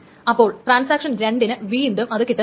അപ്പോൾ ട്രാൻസാക്ഷൻ 2 ന് വീണ്ടും അത് കിട്ടുന്നില്ല